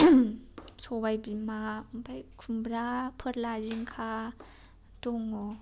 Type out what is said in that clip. सबाय बिमा ओमफ्राय खुमरा फोरला जिंखा दङ'